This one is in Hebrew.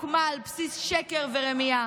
הוקמה על בסיס שקר ורמייה,